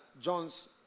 John's